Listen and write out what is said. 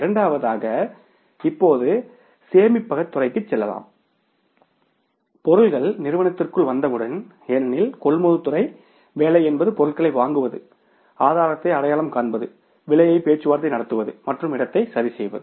இரண்டாவதாக இப்போது சேமிப்பகத் துறை சொல்லலாம் பொருட்கள் நிறுவனத்திற்குள் வந்தவுடன் ஏனெனில் கொள்முதல் துறை வேலை என்பது பொருட்களை வாங்குவது ஆதாரத்தை அடையாளம் காண்பது விலையை பேச்சுவார்த்தை நடத்துவது மற்றும் இடத்தை சரிசெய்வது